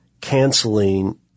canceling